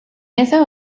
esa